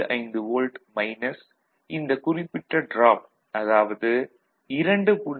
75 volt minus இந்த குறிப்பிட்ட drop அதாவது 2